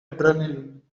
adrenaline